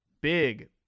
big